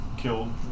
Killed